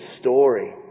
story